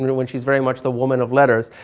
and when she's very much the woman of letters,